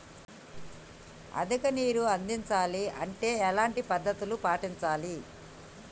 అధిక నీరు అందించాలి అంటే ఎలాంటి పద్ధతులు పాటించాలి?